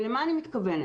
למה אני מתכוונת?